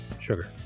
sugar